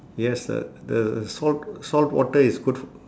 yes the the salt salt water is good f~